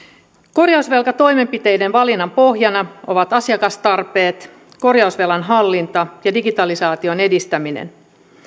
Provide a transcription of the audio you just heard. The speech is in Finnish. korjausvelkatoimenpiteiden valinnan pohjana ovat asiakastarpeet korjausvelan hallinta ja digitalisaation edistäminen